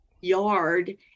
yard